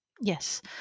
Yes